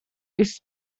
ist